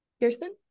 kirsten